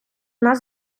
нас